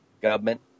Government